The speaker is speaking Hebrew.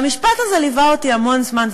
והמשפט הזה ליווה אותי המון זמן,